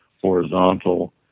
horizontal